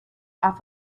off